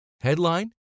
Headline